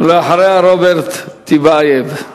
אחריה, רוברט טיבייב.